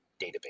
database